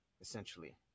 essentially